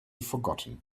forgotten